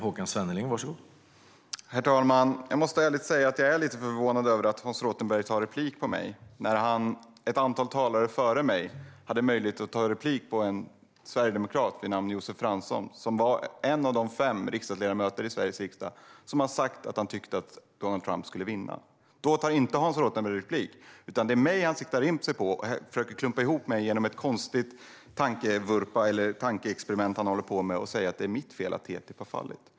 Herr talman! Jag måste ärligt säga att jag är lite förvånad över att Hans Rothenberg tar replik på mig när han ett antal talare före mig hade möjlighet att ta replik på en sverigedemokrat vid namn Josef Fransson, som är en av de fem ledamöter i Sveriges riksdag som har sagt att de tyckte att Donald Trump skulle vinna. Då tar inte Hans Rothenberg replik, utan det är mig han siktar in sig på. Han försöker genom en konstig tankevurpa, ett konstigt tankeexperiment som han håller på med, säga att det är mitt fel att TTIP har fallit.